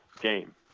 game